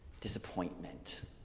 Disappointment